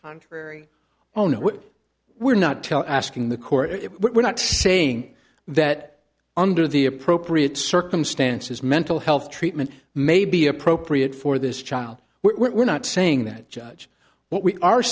contrary oh no we're not tell asking the court if we're not saying that under the appropriate circumstances mental health treatment may be appropriate for this child we're not saying that judge what we are